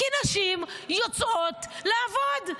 כי נשים יוצאות לעבוד.